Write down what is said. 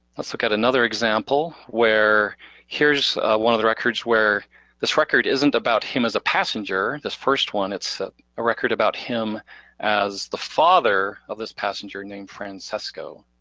let's look at another example where here's one of the records where this record isn't about him as a passenger, this first one, it's a record about him as the father of this passenger named francesco.